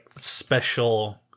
special